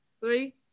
Three